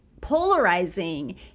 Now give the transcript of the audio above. polarizing